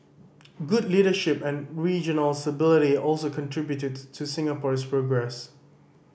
good leadership and regional stability also contributed to Singapore's progress